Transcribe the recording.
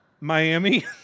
Miami